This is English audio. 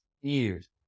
years